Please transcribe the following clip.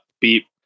beep